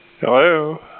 Hello